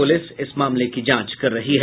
प्रलिस मामले की जांच कर रही है